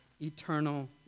eternal